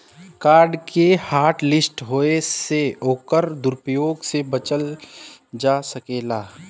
card के hotlist होये से ओकर दुरूप्रयोग से बचल जा सकलै